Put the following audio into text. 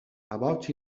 about